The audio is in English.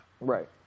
Right